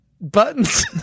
Buttons